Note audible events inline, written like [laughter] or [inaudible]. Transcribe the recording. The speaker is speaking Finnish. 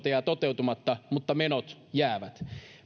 [unintelligible] jää toteutumatta mutta menot jäävät